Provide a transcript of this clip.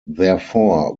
therefore